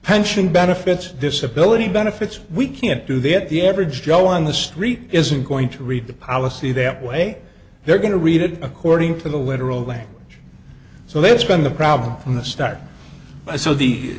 pension benefits disability benefits we can't do that the average joe on the street isn't going to read the policy that way they're going to read it according to the literal language so that's been the problem from the start so